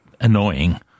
annoying